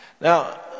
Now